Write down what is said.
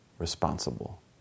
responsible